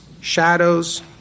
shadows